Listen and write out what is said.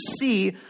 see